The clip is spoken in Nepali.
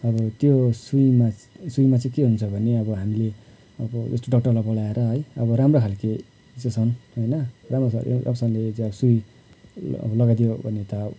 अब त्यो सुईमा सुईमा चाहिँ के हुन्छ भने अब हामीले अब यस्तो डक्टरलाई बोलाएर है अब राम्रो खालको इन्जेक्सन होइन राम्रो खालको सुई ल लगाइदियो भने त